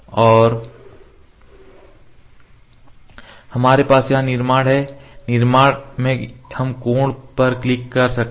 और हमारे पास यहां निर्माण है निर्माण में हम कोण पर क्लिक कर सकते हैं